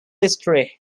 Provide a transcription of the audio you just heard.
history